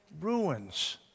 ruins